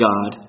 God